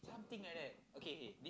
something like that okay k